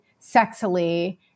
sexily